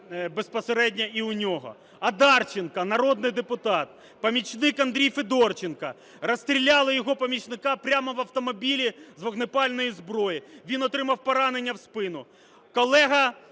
безпосередньо і у нього. Одарченко – народний депутат, помічник Андрій Федоренко, розстріляли його помічника прямо в автомобілі з вогнепальної зброї. Він отримав поранення в спину. Колега